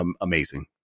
amazing